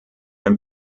ein